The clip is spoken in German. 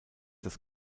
das